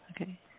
Okay